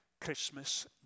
Christmas